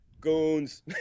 Goons